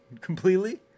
Completely